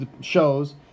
shows